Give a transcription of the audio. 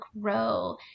grow